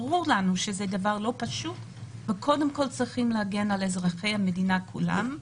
ברור לנו שזה דבר לא פשוט וקודם כול צריך להגן על אזרחי המדינה כולם,